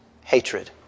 hatred